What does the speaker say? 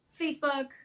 Facebook